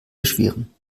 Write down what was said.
beschweren